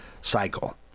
cycle